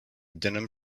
denim